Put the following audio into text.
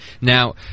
Now